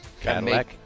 Cadillac